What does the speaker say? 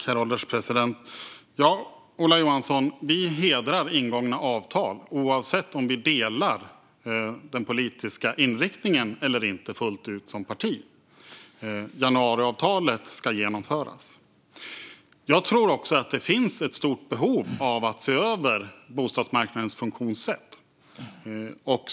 Herr ålderspresident! Vi hedrar ingångna avtal, Ola Johansson, oavsett om vi som parti fullt ut delar den politiska inriktningen eller inte. Januariavtalet ska genomföras. Jag tror också att det finns ett stort behov av att se över bostadsmarknadens funktionssätt.